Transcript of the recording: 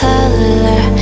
Color